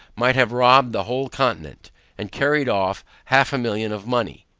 might have robbed the whole continent, and carried off half a million of money.